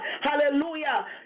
hallelujah